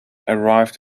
arrived